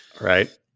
Right